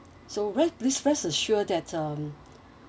so rest please rest assure that um